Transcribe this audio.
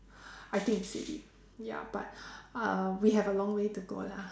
I think it's silly ya but uh we have a long way to go lah